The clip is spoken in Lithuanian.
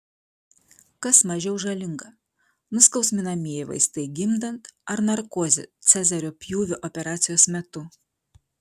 kas mažiau žalinga nuskausminamieji vaistai gimdant ar narkozė cezario pjūvio operacijos metu